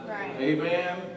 Amen